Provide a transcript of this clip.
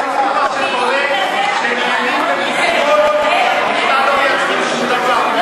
זה מה שקורה כאשר מימין ומשמאל לא שום דבר.